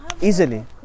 easily